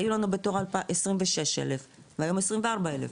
היו לנו בתור 26 אלף והיום 24 אלף,